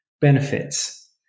benefits